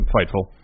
Fightful